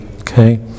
Okay